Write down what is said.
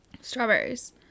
Strawberries